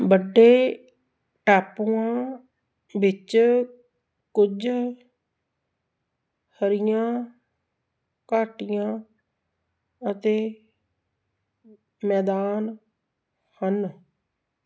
ਵੱਡੇ ਟਾਪੂਆਂ ਵਿੱਚ ਕੁਝ ਹਰੀਆਂ ਘਾਟੀਆਂ ਅਤੇ ਮੈਦਾਨ ਹਨ